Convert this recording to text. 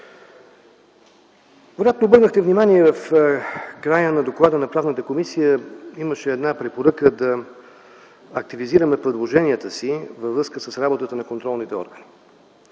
Вероятно обърнахте внимание – в края на доклада на Правната комисия имаше една препоръка да активизираме предложенията си във връзка с работата на контролните органи.